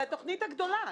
על התוכנית הגדולה.